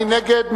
מי נגד?